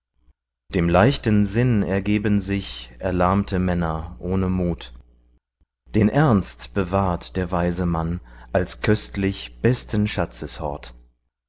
dem leichten sinn ergeben sich erlahmte männer ohne mut den ernst bewahrt der weise mann als köstlich besten